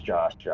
Josh